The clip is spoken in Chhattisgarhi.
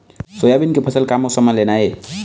सोयाबीन के फसल का मौसम म लेना ये?